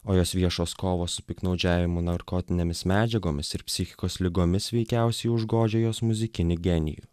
o jos viešos kovos su piktnaudžiavimu narkotinėmis medžiagomis ir psichikos ligomis veikiausiai užgožė jos muzikinį genijų